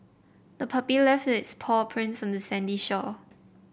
the puppy left its paw prints on the sandy shore